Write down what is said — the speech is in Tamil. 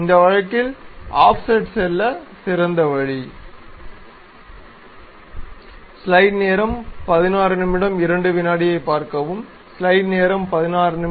இந்த வழக்கில் ஆஃப்செட் செல்ல சிறந்த வழி